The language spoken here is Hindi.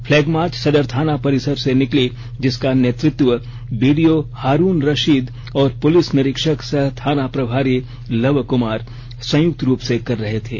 फ्लैग मार्च सदर थाना परिसर से निकली जिसका नेतृत्व बीडीओ हारून रशीद और पुलिस निरीक्षक सह थाना प्रभारी लव कुमार संयुक्त रूप से कर रहे थे